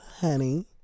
honey